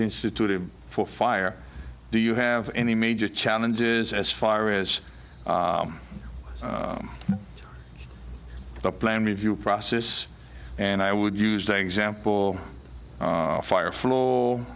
instituted for fire do you have any major challenges as far is the plan review process and i would use the example fire fl